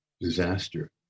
disaster